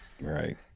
Right